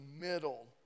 middle